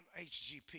HGP